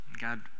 God